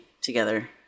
together